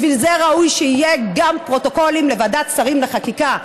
בשביל זה ראוי שיהיו גם פרוטוקולים לוועדת שרים לחקיקה.